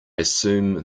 assume